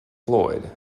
floyd